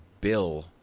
bill